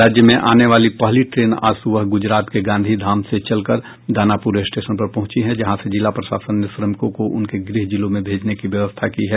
राज्य में आने वाली पहली ट्रेन आज सुबह गुजरात के गांधीधाम से चलकर दानापुर स्टेशन पर पहुंची है जहां से जिला प्रशासन ने श्रमिकों को उनके गृह जिलों में भेजने की व्यवस्था की है